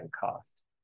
cost